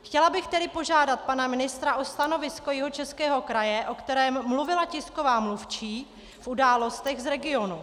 Chtěla bych tedy požádat pana ministra o stanovisko Jihočeského kraje, o kterém mluvila tisková mluvčí v Událostech z regionu.